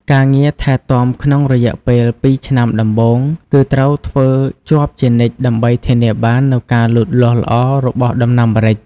ការងារថែទាំក្នុងរយៈពេលពីរឆ្នាំដំបូងគឺត្រូវធ្វើជាប់ជានិច្ចដើម្បីធានាបាននូវការលូតលាស់ល្អរបស់ដំណាំម្រេច។